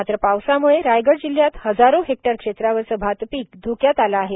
मात्र पावसामुळे रायगड जिल्हयात हजारो हेक्टर क्षेत्रावरचं भातपीक धोक्यात आलं आहे